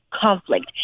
Conflict